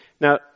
Now